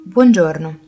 Buongiorno